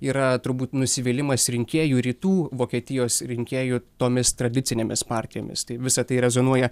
yra turbūt nusivylimas rinkėjų rytų vokietijos rinkėjų tomis tradicinėmis partijomis tai visa tai rezonuoja